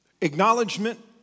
Acknowledgement